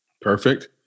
perfect